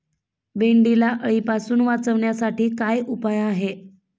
भेंडीला अळीपासून वाचवण्यासाठी काय उपाय आहे?